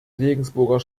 regensburger